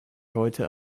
heute